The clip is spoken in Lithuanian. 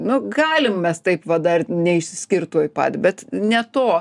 nu galim mes taip va dar neišsiskirt tuoj pat bet ne to